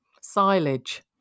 Silage